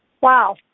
Wow